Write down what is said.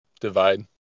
divide